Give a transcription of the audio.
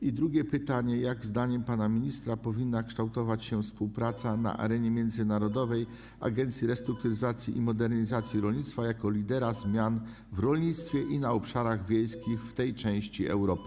I drugie pytanie: Jak zdaniem pana ministra powinna kształtować się współpraca na arenie międzynarodowej Agencji Restrukturyzacji i Modernizacji Rolnictwa jako lidera zmian w rolnictwie i na obszarach wiejskich w tej części Europy?